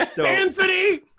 Anthony